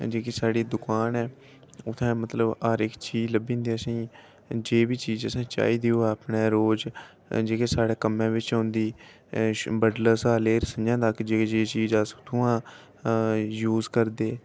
जेह्की साढ़ी दुकान ऐ उत्थैं मतलब हर इक चीज लब्भी जंदी असें ई जे बी चीज असें ई चाहिदी होऐ रोज जेह्ड़ी साढ़ै कम्मै च औंदी बडलै शा लेइयै स'ञां तक जेह्ड़ी जेह्ड़ी चीज अस उत्थुआं यूस करदे